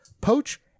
poach